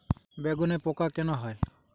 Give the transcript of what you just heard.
বেগুনে পোকা কেন হয়?